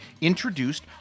introduced